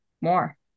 more